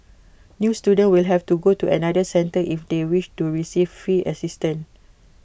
new students will have to go to another centre if they wish to receive fee assistance